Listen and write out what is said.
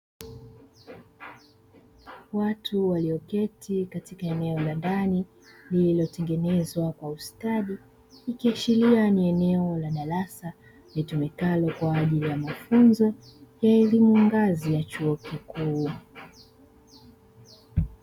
Watu walioketi katika eneo la ndani lililotengenezwa kwa ustadi, ikiashiria ni eneo la darasa litumikalo kwaajili ya mfunzo ya elimu ya ngazi ya chuo kikuu.